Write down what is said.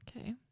Okay